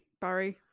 Barry